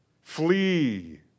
Flee